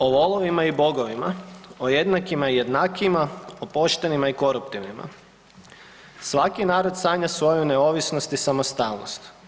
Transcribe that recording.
O volovima i Bogovima, o jednakima i jednakijima, o poštenima i koruptivnima, svaki narod sanja svoju neovisnost i samostalnost.